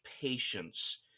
patience